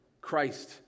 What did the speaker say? Christ